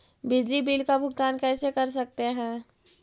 बिजली बिल का भुगतान कैसे कर सकते है?